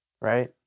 Right